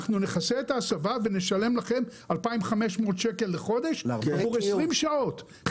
אנחנו נכסה את ההסבה ונשלם לכם 2,500 ₪ לחודש עבור 20 שעות.